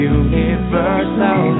universal